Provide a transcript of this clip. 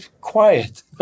quiet